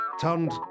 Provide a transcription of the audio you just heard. turned